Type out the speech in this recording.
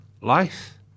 Life